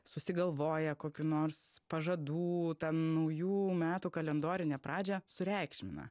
susigalvoja kokių nors pažadų naujų metų kalendorinę pradžią sureikšmina